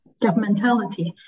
governmentality